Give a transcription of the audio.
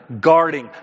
Guarding